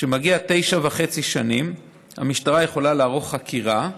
כשמגיע תשע וחצי שנים המשטרה יכולה לערוך חקירה,